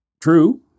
True